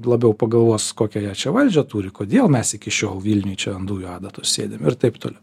labiau pagalvos kokią ją čia valdžią turi kodėl mes iki šiol vilniuj čia ant dujų adatos sėdim ir taip toliau